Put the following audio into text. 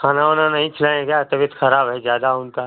खाना वाना नहीं खिलाए हैं क्या तबियत ख़राब है ज़्यादा उनका